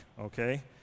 okay